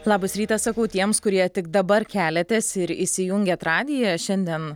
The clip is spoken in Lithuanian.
labas rytas sakau tiems kurie tik dabar keliatės ir įsijungėt radiją šiandien